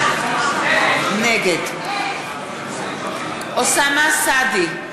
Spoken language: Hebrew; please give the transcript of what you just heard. נגד אוסאמה סעדי,